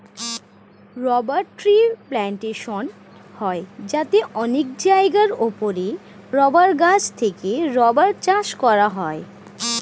rubber tree plantation হয় যাতে অনেক জায়গার উপরে রাবার গাছ থেকে রাবার চাষ করা হয়